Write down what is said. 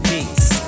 Peace